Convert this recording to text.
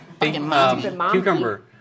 Cucumber